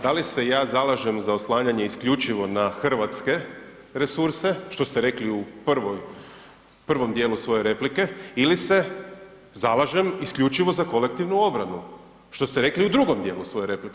Da li se ja zalažem za oslanjanje isključivo na hrvatske resurse, što ste rekli u prvom dijelu svoje replike ili se zalažem isključivo za kolektivnu obranu, što ste rekli u drugom dijelu svoje replike.